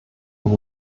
und